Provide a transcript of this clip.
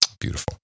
Beautiful